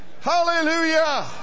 Hallelujah